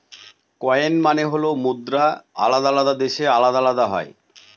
coin মানে হল মুদ্রা আলাদা আলাদা দেশে আলাদা আলাদা হয়